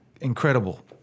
incredible